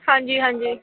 ਹਾਂਜੀ ਹਾਂਜੀ